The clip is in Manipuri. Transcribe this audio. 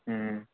ꯎꯝ